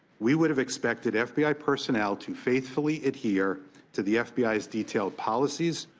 we would have expected f b i. personnel to faithfully adhere to the f b i s detailed policies,